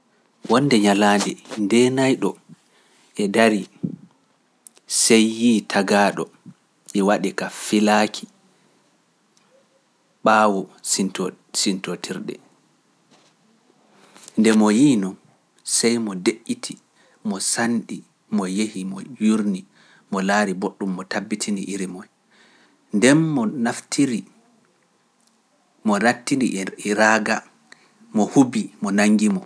Wonde ñalaande ndeenayɗo e darii sey yii tagaaɗo e waɗi ka filaaki ɓaawoari mboɗɗum mo tabbitini iri moy. Ndem mo naftiri mo ratti ndi e raga mo hubi mo nanngi mo.